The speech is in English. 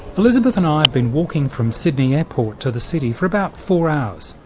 elizabeth and i have been walking from sydney airport to the city for about four hours.